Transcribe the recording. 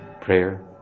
Prayer